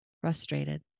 frustrated